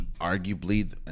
arguably